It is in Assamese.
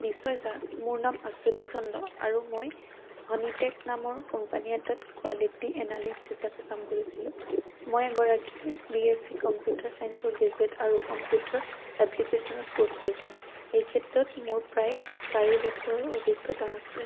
নিশ্চয় ছাৰ মোৰ নাম আশ্বতী চন্দ্ৰ আৰু মই হনীটেক নামৰ কোম্পানী এটাত কোৱালিটী এনালিষ্ট হিচাপে কাম কৰিছিলোঁ মই এগৰাকী বি এছ চি কম্পিউটাৰ ছাইঞ্চৰ গ্ৰেজুৱেট আৰু কম্পিউটাৰ এপ্লিকেশ্যনছত পষ্ট গ্ৰেজুৱেট এই ক্ষেত্ৰত মোৰ প্ৰায় চাৰি বছৰৰ অভিজ্ঞতা আছে